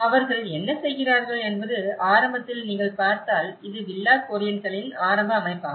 அவர்கள் என்ன செய்கிறார்கள் என்பது ஆரம்பத்தில் நீங்கள் பார்த்தால் இது வில்லா கொரியண்ட்களின் ஆரம்ப அமைப்பாகும்